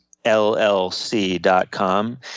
llc.com